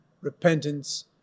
repentance